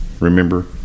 remember